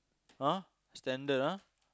!huh! standard ah